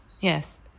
Yes